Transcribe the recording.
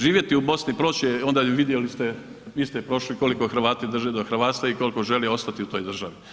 Živjeti u Bosni, proći, onda i vidjeli ste, vi ste prošli koliko Hrvati drže do hrvatstva ili koliko žele ostati u toj državi.